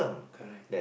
correct